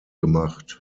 gemacht